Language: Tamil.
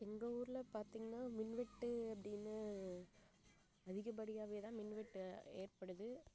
எங்கள் ஊரில் பார்த்திங்கன்னா மின்வெட்டு அப்படின்னு அதிகப்படியாகவே தான் மின்வெட்டு ஏற்படுது